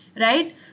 right